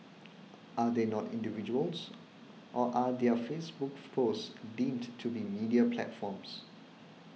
are they not individuals or are their Facebook posts deemed to be media platforms